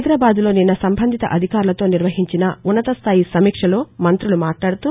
హైదరాబాద్లో నిన్న సంబంధిత అధికారులతో నిర్వహించిన ఉన్నతస్టాయి సమీక్షలో మంత్రులు మాట్లాడుతూ